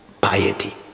piety